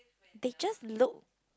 they just look